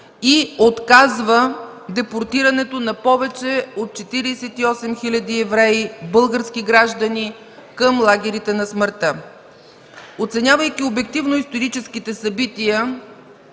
и отказва депортирането на повече от 48 хил. евреи – български граждани, към лагерите на смъртта. Оценявайки обективно историческите събития,